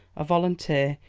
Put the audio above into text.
a volunteer,